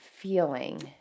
feeling